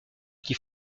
qui